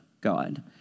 God